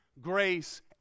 grace